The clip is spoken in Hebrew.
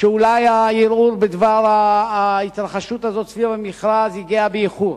שאולי הערעור בדבר ההתרחשות סביב המכרז הגיע באיחור,